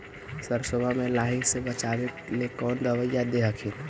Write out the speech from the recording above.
सरसोबा मे लाहि से बाचबे ले कौन दबइया दे हखिन?